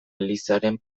elizaren